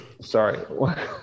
sorry